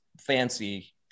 fancy